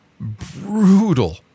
brutal